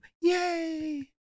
yay